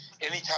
anytime